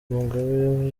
mugabe